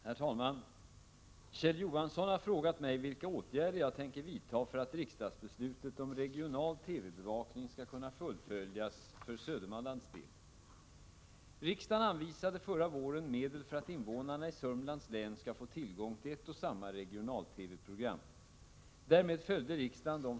Herr talman! Kjell Johansson har frågat mig vilka åtgärder jag tänker vidta för att riksdagsbeslutet om regional TV-bevakning skall kunna fullföljas för Södermanlands del.